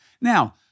Now